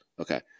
Okay